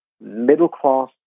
middle-class